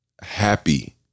happy